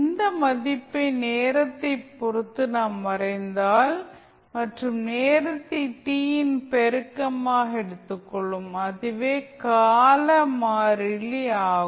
இந்த மதிப்பை நேரத்தை பொறுத்து நாம் வரைந்தால் மற்றும் நேரத்தை t இன் பெருக்கமாக எடுத்துக்கொள்வோம் அதுவே கால மாறிலி ஆகும்